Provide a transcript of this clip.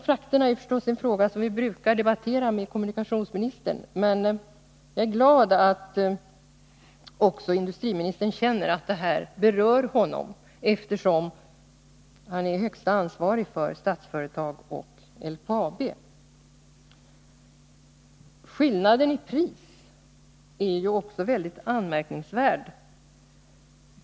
Frakterna är förstås en fråga som vi brukar debattera med kommunikationsministern, men jag är glad att också industriministern känner att detta berör honom, eftersom han är den högste ansvarige för Statsföretag och LKAB. Skillnaden i pris är också mycket anmärkningsvärd.